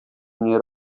nie